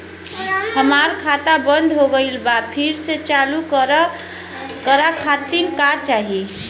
हमार खाता बंद हो गइल बा फिर से चालू करा खातिर का चाही?